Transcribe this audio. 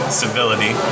civility